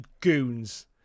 goons